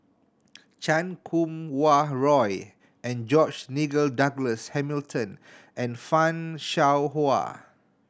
Chan Kum Wah Roy and George Nigel Douglas Hamilton and Fan Shao Hua